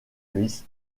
lewis